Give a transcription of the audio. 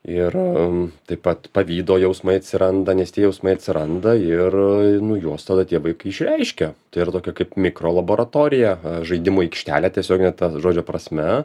ir taip pat pavydo jausmai atsiranda nes tie jausmai atsiranda ir nu juos tada tie vaikai išreiškia tai yra tokia kaip mikro laboratorija žaidimų aikštelė tiesiogine ta žodžio prasme